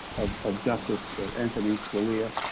of of justice antonin scalia.